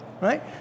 right